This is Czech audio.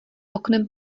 oknem